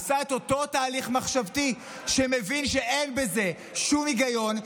עשה את אותו תהליך מחשבתי שמבין שאין בזה שום היגיון.